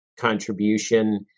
contribution